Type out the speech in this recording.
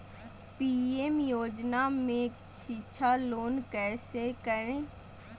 PM योजना में शिक्षा लोन कैसे करें?